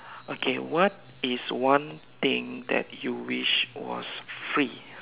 okay what is one thing that you wish was free